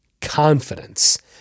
Confidence